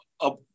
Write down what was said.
up